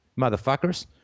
motherfuckers